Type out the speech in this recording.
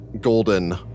golden